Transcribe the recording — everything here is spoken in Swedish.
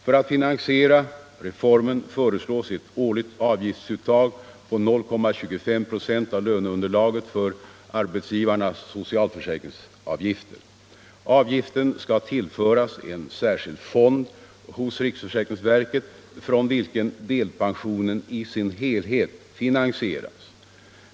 För att finansiera reformen föreslås ett årligt avgiftsuttag på 0,25 96 av löneunderlaget för arbetsgivarnas socialförsäkringsavgifter. Avgiften skall tillföras en särskild fond hos riksförsäkringsverket, från vilken delpensionen i sin helhet finansieras.